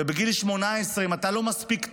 ובגיל 18, אם אתה לא מספיק טוב,